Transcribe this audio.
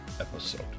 episode